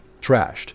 trashed